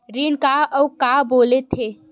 ऋण का अउ का बोल थे?